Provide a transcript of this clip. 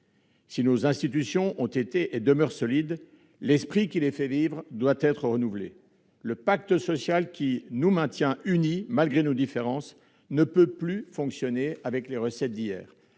Si nos institutions ont été et demeurent solides, l'esprit qui les fait vivre doit être renouvelé. Le pacte social qui nous maintient unis malgré nos différences ne peut plus fonctionner avec les recettes d'hier.